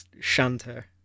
shanter